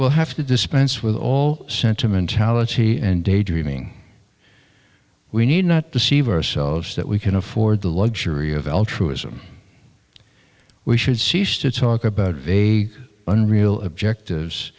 will have to dispense with all sentimentality and daydreaming we need not deceive ourselves that we can afford the luxury of altruism we should cease to talk about the unreal objectives